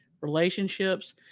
relationships